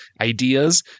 ideas